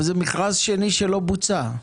אבל זה מכרז שני שלא בוצע.